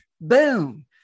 boom